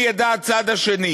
אם ידע הצד השני